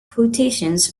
quotations